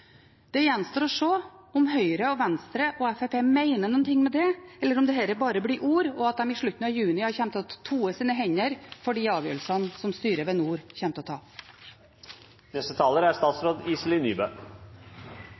Det gjenstår å se om Høyre, Venstre og Fremskrittspartiet mener noe med det, eller om dette bare blir ord, og de i slutten av juni kommer til å toe sine hender over de avgjørelsene styret ved Nord universitet kommer til å